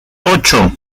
ocho